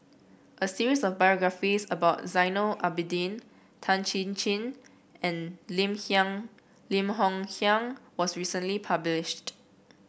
a series of biographies about Zainal Abidin Tan Chin Chin and Lim Kiang Lim Hng Kiang was recently published